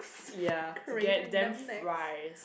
ya to get them fly